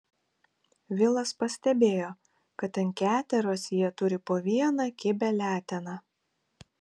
vilas pastebėjo kad ant keteros jie turi po vieną kibią leteną